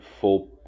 full